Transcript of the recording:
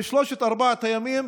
בשלושת-ארבעת הימים,